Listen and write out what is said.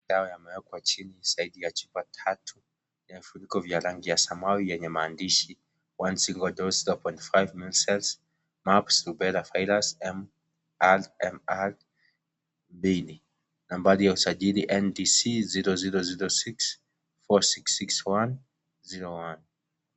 Dawa yameekwa chini zaidi ya chupa tatu yenye vifuniko vya rangi ya samawi yenye maandishi (cs)one single dose zero point five, Measles, Mumps, Rubella virus,M.M.R(cs) mbili, namabari ya usajili (cs)NDC zero zero zero six, four six six one, zero one (cs).